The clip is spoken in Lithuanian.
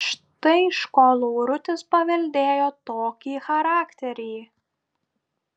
štai iš ko laurutis paveldėjo tokį charakterį